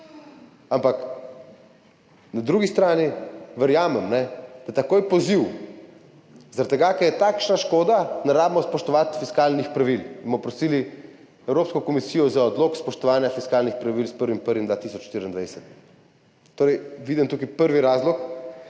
Ampak na drugi strani verjamem, da takoj poziv, zaradi tega ker je takšna škoda, ne rabimo spoštovati fiskalnih pravil, bomo prosili Evropsko komisijo za odlog spoštovanja fiskalnih pravil s 1. 1. 2024. Torej vidim tukaj prvi razlog.